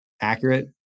accurate